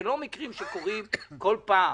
זה לא מקרים שקורים כל פעם.